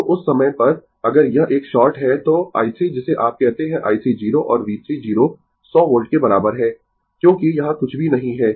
तो उस समय पर अगर यह एक शॉर्ट है तो i 3 जिसे आप कहते है i 3 0 और V 3 0 100 वोल्ट के बराबर है क्योंकि यहां कुछ भी नहीं है